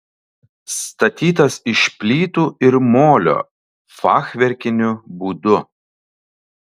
statytas iš plytų ir molio fachverkiniu būdu